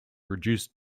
reduce